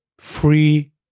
free